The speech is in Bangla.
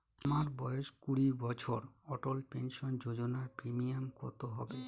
আমার বয়স কুড়ি বছর অটল পেনসন যোজনার প্রিমিয়াম কত হবে?